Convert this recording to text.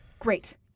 Great